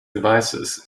devices